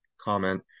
comment